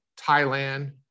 Thailand